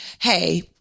hey